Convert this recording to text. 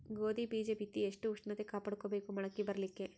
ಗೋಧಿ ಬೀಜ ಬಿತ್ತಿ ಎಷ್ಟ ಉಷ್ಣತ ಕಾಪಾಡ ಬೇಕು ಮೊಲಕಿ ಬರಲಿಕ್ಕೆ?